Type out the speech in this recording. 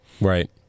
Right